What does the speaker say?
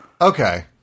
Okay